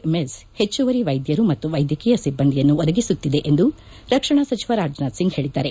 MS ಹೆಚ್ಚುವರಿ ವೈದ್ಯರು ಮತ್ತು ವೈದ್ಯಕೀಯ ಸಿಬ್ಲಂದಿಯನ್ನು ಒದಗಿಸುತ್ತಿದೆ ಎಂದು ರಕ್ಷಣಾ ಸಚಿವ ರಾಜನಾಥ ಸಿಂಗ್ ಹೇಳಿದ್ದಾರೆ